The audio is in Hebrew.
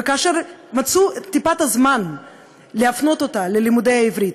וכאשר מצאו את טיפת הזמן להפנות אותה ללימודי העברית,